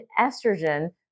estrogen